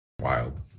wild